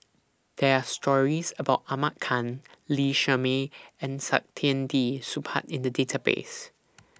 There Are stories about Ahmad Khan Lee Shermay and Saktiandi Supaat in The Database